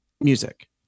music